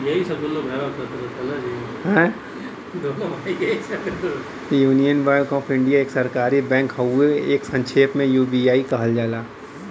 union Bank of India एक सरकारी bank हउवे एके संक्षेप में यू.बी.आई कहल जाला